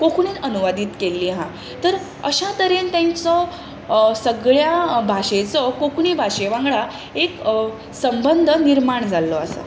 कोंकणींत अनुवादीत केल्लीं हा तर अश्या तरेन तेंचो सगळ्या भाशेंचो कोंकणी भाशे वांगडा एक संबंद निर्माण जाल्लो आसा